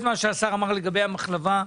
אמר לגבי המחלבה.